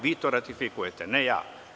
Vi to ratifikujete, ne ja.